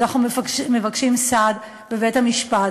אנחנו מבקשים סעד בבית-המשפט.